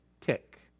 tick